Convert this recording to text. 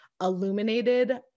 illuminated